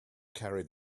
carried